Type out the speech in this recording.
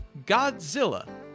Godzilla